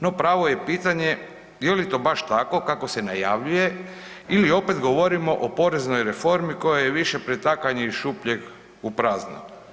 No, pravo je pitanje je li to baš tako kako se najavljuje ili opet govorimo o poreznoj reformi koja je više pretakanje iz šupljeg u prazno.